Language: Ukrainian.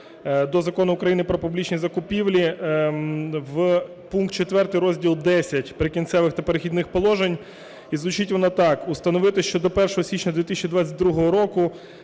до Закону України "Про публічні закупівлі" в пункт 4 розділу Х "Прикінцевих та перехідних положень". І звучить воно так: "Установити, що до 1 січня 2022 року